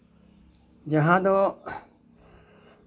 ᱡᱟᱦᱟᱸ ᱫᱚ